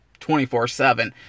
24-7